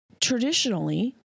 traditionally